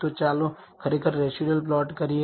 તો ચાલો ખરેખર રેસિડયુઅલ પ્લોટ કરીએ